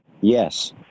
Yes